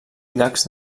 llacs